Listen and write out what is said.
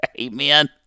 Amen